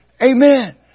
Amen